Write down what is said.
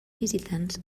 visitants